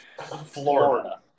Florida